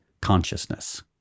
consciousness